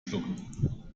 schlucken